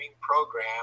program